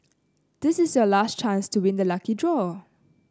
this is your last chance to win the lucky draw